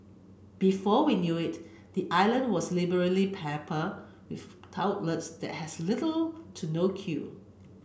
before we knew it the island was liberally peppered with outlets that has little to no queue